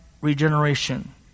regeneration